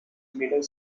middle